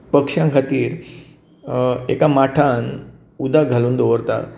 पक्षां खातीर एका माठांत उदक घालून दवरतात